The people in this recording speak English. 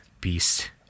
beast